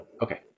Okay